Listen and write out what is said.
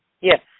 Yes